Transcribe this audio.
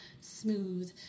smooth